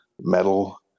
metal